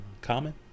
common